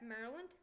Maryland